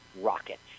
Rocket